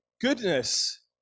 goodness